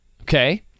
Okay